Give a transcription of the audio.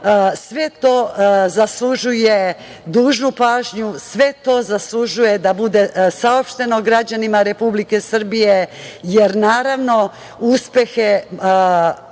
Sve to zaslužuje dužnu pažnju, sve to zaslužuje da bude saopšteno građanima Republike Srbije, jer, naravno, uspeh